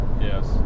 Yes